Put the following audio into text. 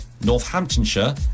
northamptonshire